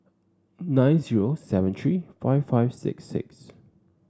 nine zero seven three five five six six